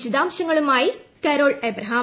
വിശദാംശങ്ങളുമായി കരോൾ അബ്രഹാം